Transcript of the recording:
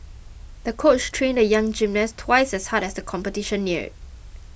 the coach trained the young gymnast twice as hard as the competition neared